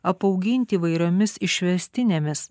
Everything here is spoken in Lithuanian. apauginti įvairiomis išvestinėmis